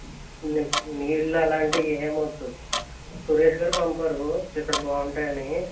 నాకు నీళ్ళు అలాంటివి ఏమి వద్దు సురేష్ గారు పంపారు ఇక్కడ బాగుంటాయి అని